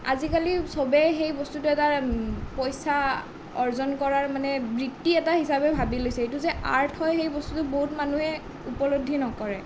আজিকালি সবেই সেই বস্তুটো এটা পইচা অৰ্জন কৰাৰ মানে বৃত্তি এটা হিচাবে ভাবি লৈছে এইটো যে আৰ্ট হয় সেইটো বস্তু বহুত মানুহে উপলব্ধি নকৰে